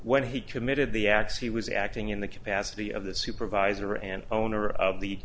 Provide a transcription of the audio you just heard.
when he committed the acts he was acting in the capacity of the supervisor and owner of the